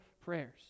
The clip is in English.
prayers